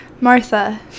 Martha